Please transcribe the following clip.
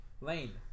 Lane